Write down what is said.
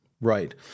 Right